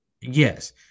Yes